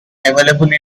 available